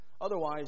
otherwise